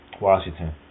Washington